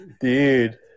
Dude